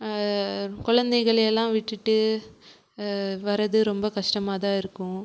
குழந்தைகளையெல்லாம் விட்டுட்டு வரது ரொம்ப கஷ்டமாக தான் இருக்கும்